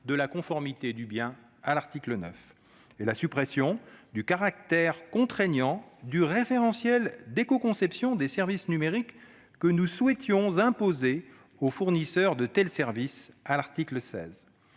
de la conformité du bien, à l'article 9 ; la suppression du caractère contraignant du référentiel d'écoconception des services numériques, que nous souhaitions imposer aux fournisseurs de tels services, à l'article 16.